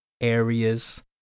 areas